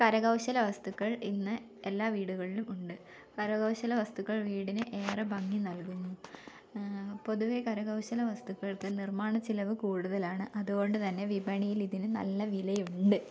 കരകൗശലവസ്തുക്കൾ ഇന്ന് എല്ലാ വീടുകളിലും ഉണ്ട് കരകൗശലവസ്തുക്കൾ വീടിന് ഏറെ ഭംഗി നൽകുന്നു പൊതുവേ കരകൗശലവസ്തുക്കൾക്ക് നിർമ്മാണ ചിലവ് കൂടുതലാണ് അതുകൊണ്ട് തന്നെ വിപണിയിൽ അതിന് നല്ല വിലയുണ്ട്